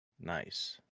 Nice